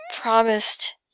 promised